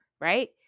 right